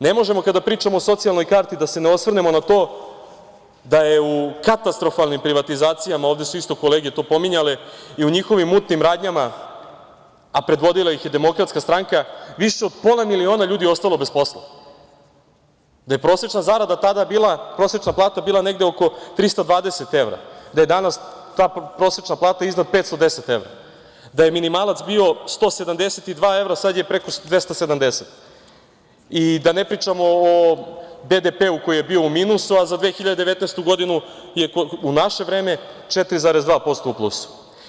Ne možemo kada pričamo o socijalnoj karti da se ne osvrnemo na to da je u katastrofalnim privatizacijama, ovde su to isto kolege pominjale, i u njihovim mutnim radnjama, a predvodila ih je DS, više od pola miliona ljudi ostalo bez posla, da je prosečna zarada tada bila, prosečna plata bila negde oko 320 evra, da je danas ta prosečna plata iznad 510 evra, da je minimalac bio 172 evra, sad je preko 270 i da ne pričamo o BDP-u koji je bio u minusu, a za 2019. godinu je, u naše vreme, 4,2% u plusu.